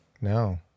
No